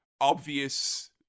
obvious